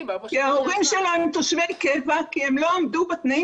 ההורים שלו הם תושבי קבע כי הם לא עמדו בתנאים